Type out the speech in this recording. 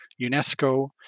UNESCO